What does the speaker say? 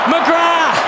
McGrath